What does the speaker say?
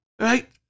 Right